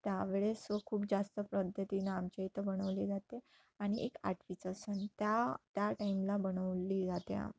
त्यावेळेस खूप जास्त पद्धतीनं आमच्या इथं बनवली जाते आणि एक आठवीचा सण त्या त्या टाईमला बनवली जाते